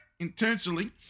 intentionally